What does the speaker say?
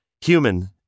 Human